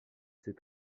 ces